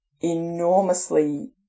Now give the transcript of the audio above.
enormously